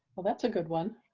well, that's a good one.